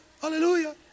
hallelujah